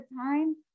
time